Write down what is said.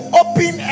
open